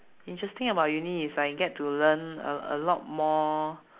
interesting about uni is I get to learn a a lot more